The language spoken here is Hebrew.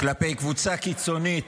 כלפי קבוצה קיצונית,